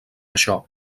això